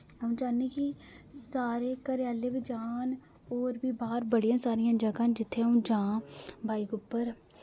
अ'ऊं चाह्न्नीं कि सारे घरै आह्ले बी जाह्न होर बी बाह्र बड़ियां सारियां जगहं न जित्थै अ'ऊं जां बाइक उप्पर